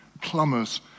plumbers